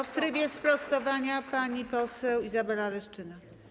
W trybie sprostowania pani poseł Izabela Leszczyna.